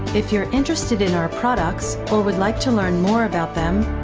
if you're interested in our products, or would like to learn more about them,